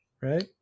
right